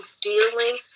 dealing